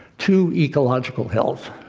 to ecological health.